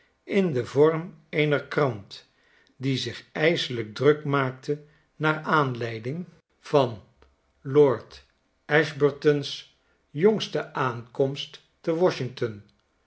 in den vorm eener krant die zich ijselijk druk maakte naar aanleiding van lord ashburton's jongste aankomst te